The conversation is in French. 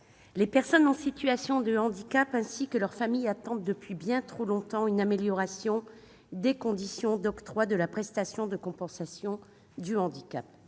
les personnes en situation de handicap, ainsi que leurs familles, attendent depuis trop longtemps une amélioration des conditions d'octroi de la prestation de compensation du handicap.